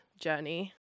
journey